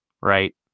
Right